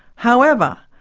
however,